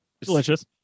delicious